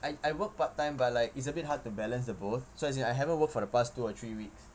I I work part time but like it's a bit hard to balance the both so as in I haven't worked for the past two or three weeks